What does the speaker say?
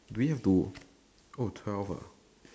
do we have to oh twelve ah